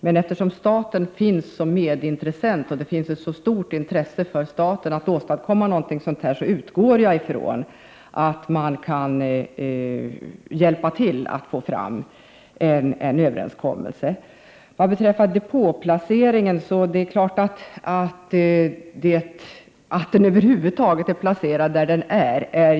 Men eftersom staten är medintressent och det finns ett intresse hos staten att åstadkomma något av detta slag, utgår jag från att man hjälper till att få fram en överenskommelse. Vad beträffar depåplaceringen vill jag säga att det är upprörande att depån över huvud taget är placerad där den är.